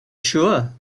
sure